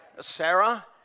Sarah